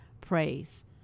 praise